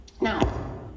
Now